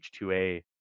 H2A